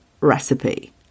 recipe